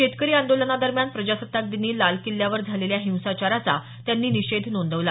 शेतकरी आंदोलनादरम्यान प्रजासत्ताक दिनी लाल किल्ल्यावर झालेल्या हिंसाचाराचा त्यांनी निषेध नोंदवला